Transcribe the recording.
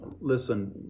Listen